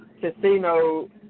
casino